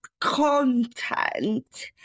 content